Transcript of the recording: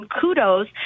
kudos